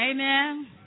Amen